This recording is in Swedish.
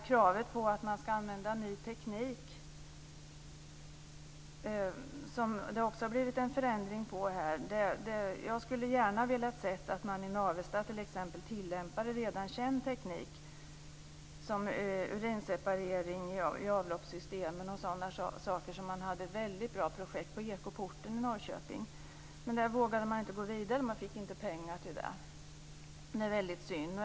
Kravet på att man ska använda ny teknik har det också blivit en förändring av. Jag hade gärna sett att man i Navesta hade tillämpat redan känd teknik som urinseparering i avloppssystemen. Det hade man ett väldigt bra projekt om på Ekoporten i Norrköping. Men där vågade man inte gå vidare. Man fick inte pengar. Det är väldigt synd.